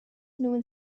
known